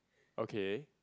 okay